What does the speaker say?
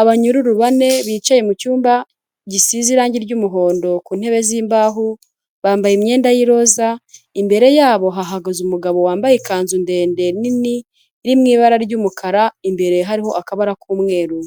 Abanyururu bane, bicaye mu cyumba gisize irangi ry'umuhondo, ku ntebe z'imbaho, bambaye imyenda y'iroza, imbere yabo hahagaze umugabo wambaye ikanzu ndende nini, iri mu ibara ry'umukara, imbere hariho akabara k'umweru,